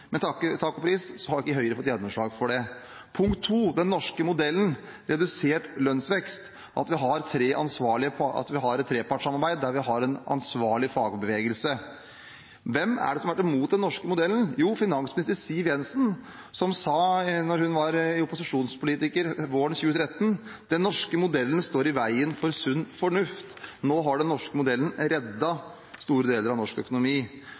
Men takk og pris har ikke Høyre fått gjennomslag for det. Punkt to: den norske modellen, redusert lønnsvekst, at vi har et trepartssamarbeid der vi har en ansvarlig fagbevegelse. Hvem er det som har vært imot den norske modellen? Jo, finansminister Siv Jensen, som sa da hun var opposisjonspolitiker våren 2013: Den norske modellen står i veien for sunn fornuft. Nå har den norske modellen reddet store deler av norsk økonomi.